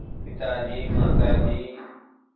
पिताजी माताजी